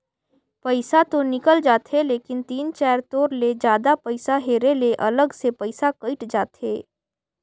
पइसा तो निकल जाथे लेकिन तीन चाएर तोर ले जादा पइसा हेरे ले अलग से पइसा कइट जाथे